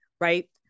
right